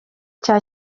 cya